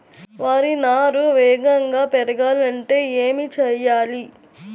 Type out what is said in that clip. వరి నారు వేగంగా పెరగాలంటే ఏమి చెయ్యాలి?